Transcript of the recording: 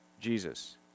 Jesus